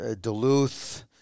Duluth